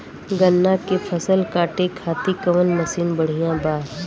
गन्ना के फसल कांटे खाती कवन मसीन बढ़ियां बा?